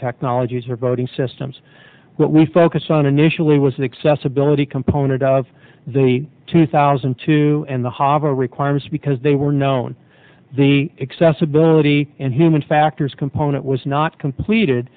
technologies or voting systems what we focus on initially was an accessibility component of the two thousand and two and the hava requirements because they were known the accessibility and human factors component was not completed